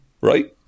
Right